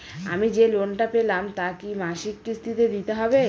আমি যে লোন টা পেলাম তা কি মাসিক কিস্তি তে দিতে হবে?